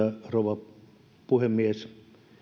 rouva puhemies